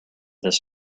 this